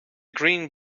green